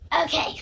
Okay